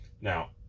Now